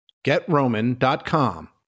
GetRoman.com